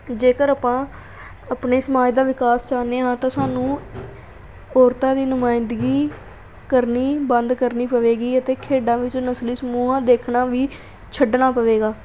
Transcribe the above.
ਜੇਕਰ ਆਪਾਂ ਆਪਣੇ ਸਮਾਜ ਦਾ ਵਿਕਾਸ ਚਾਹੁੰਦੇ ਹਾਂ ਤਾਂ ਸਾਨੂੰ ਔਰਤਾਂ ਦੀ ਨੁਮਾਇੰਦਗੀ ਕਰਨੀ ਬੰਦ ਕਰਨੀ ਪਵੇਗੀ ਅਤੇ ਖੇਡਾਂ ਵਿੱਚ ਨਸਲੀ ਸਮੂਹਾਂ ਦੇਖਣਾ ਵੀ ਛੱਡਣਾ ਪਵੇਗਾ